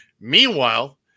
Meanwhile